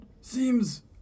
seems